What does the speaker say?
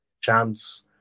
chance